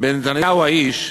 בנתניהו האיש,